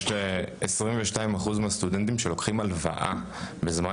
יש 22% מהסטודנטים שלוקחים הלוואה בזמן